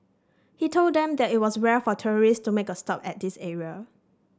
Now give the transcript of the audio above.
he told them that it was rare for tourist to make a stop at this area